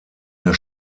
der